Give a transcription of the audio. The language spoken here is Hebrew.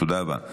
תודה רבה.